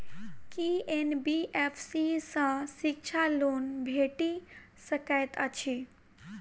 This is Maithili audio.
की एन.बी.एफ.सी सँ शिक्षा लोन भेटि सकैत अछि?